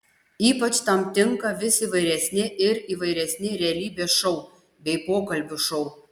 ypač tam tinka vis įvairesni ir įvairesni realybės šou bei pokalbių šou